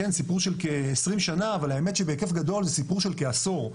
סיפור של כ-20 שנה אבל האמת שבהיקף גדול זה סיפור של כעשור.